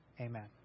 amen